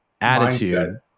attitude